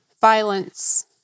violence